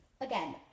Again